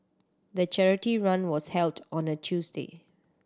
the charity run was held on a Tuesday